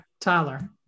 Tyler